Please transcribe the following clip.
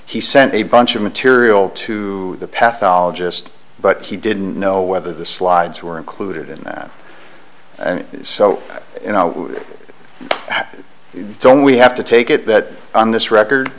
he sent a bunch of material to the path ologist but he didn't know whether the slides were included in that and so you know don't we have to take it that on this record